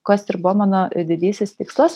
kas ir buvo mano didysis tikslas